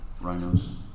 rhinos